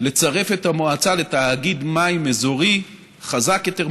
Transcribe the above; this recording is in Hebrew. לצרף את המועצה לתאגיד מים אזורי חזק יותר,